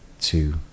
two